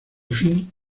fin